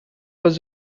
was